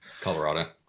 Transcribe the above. Colorado